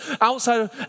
outside